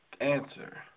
answer